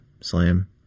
slam